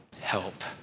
help